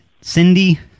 Cindy